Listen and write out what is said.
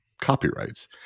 copyrights